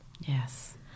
Yes